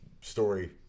story